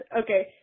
okay